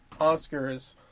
Oscars